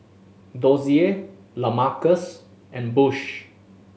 Dozier Lamarcus and Bush